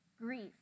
grief